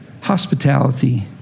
hospitality